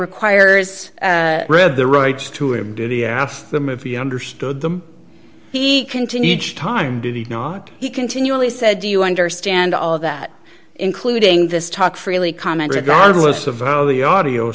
requires read the rights to him did he ask them if you understood them he continued time did he not he continually said do you understand all of that including this talk freely comment regardless of how the audio